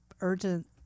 urgent